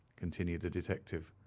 continued the detective.